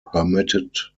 permitted